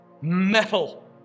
metal